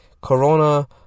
Corona